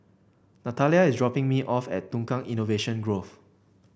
Natalya is dropping me off at Tukang Innovation Grove